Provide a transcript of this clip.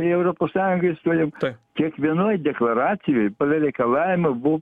į europos sąjungą įstojom kiekvienoj deklaracijoj pagal reikalavimą buvo